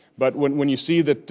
but when when you see that